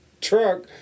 truck